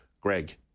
Greg